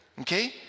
Okay